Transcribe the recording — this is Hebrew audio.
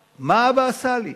הם יגידו: שמע, מה אבא עשה לי?